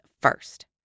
first